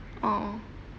oh